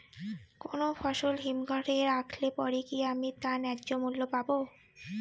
কোনো ফসল হিমঘর এ রাখলে পরে কি আমি তার ন্যায্য মূল্য পাব?